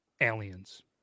aliens